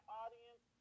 audience